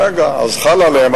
רגע, אז חלה עליהם.